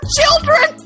children